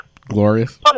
Glorious